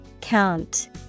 Count